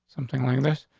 something like this.